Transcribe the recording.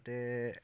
যাতে